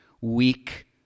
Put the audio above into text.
weak